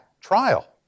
trial